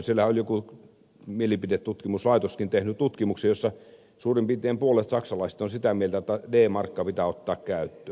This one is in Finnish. siellä oli joku mielipidetutkimuslaitoskin tehnyt tutkimuksen jossa suurin piirtein puolet saksalaisista on sitä mieltä että d markka pitää ottaa käyttöön